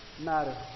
matters